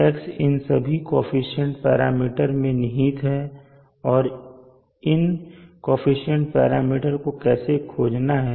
x इन सभी coefficient parameter में निहित है और इन कोअफिशन्ट पैरामीटर को कैसे खोजना है